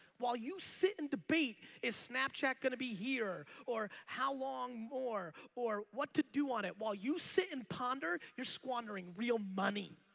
while you sit and debate is snapchat gonna be here or how long or or what to do on it while you sit and ponder your squandering real money.